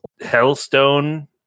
hellstone